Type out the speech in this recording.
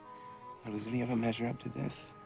well, does any of them measure up to this?